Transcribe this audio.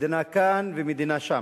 מדינה כאן ומדינה שם.